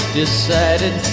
decided